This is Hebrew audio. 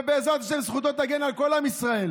ובעזרת השם זכותו תגן על כל עם ישראל,